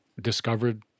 discovered